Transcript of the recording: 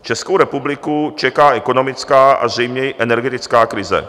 Českou republiku čeká ekonomická a zřejmě i energetická krize.